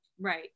Right